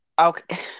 Okay